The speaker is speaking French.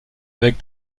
avec